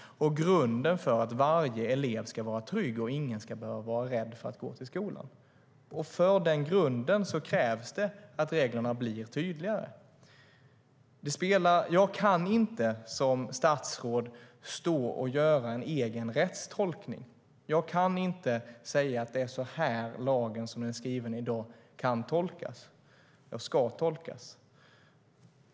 Det är grunden för att varje elev ska vara trygg och att ingen ska behöva vara rädd för att gå till skolan. För den grundens skull krävs det att reglerna blir tydligare. Jag kan inte som statsråd stå och göra en egen rättstolkning. Jag kan inte säga att det är så här lagen som den är skriven i dag ska tolkas.